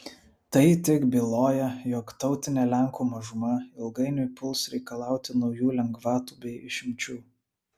tai tik byloja jog tautinė lenkų mažuma ilgainiui puls reikalauti naujų lengvatų bei išimčių